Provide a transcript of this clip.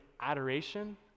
adoration